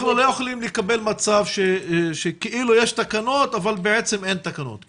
אנחנו לא יכולים לקבל מצב שכאילו יש תקנות אבל בעצם אין תקנות.